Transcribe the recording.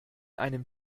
einem